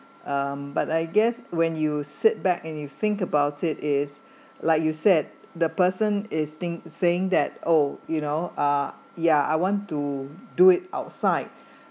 um but I guess when you sit back and you think about it is like you said the person is think saying that oh you know uh yeah I want to do it outside